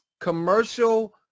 commercial